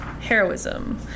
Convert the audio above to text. Heroism